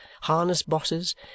harness-bosses